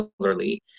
similarly